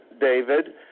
David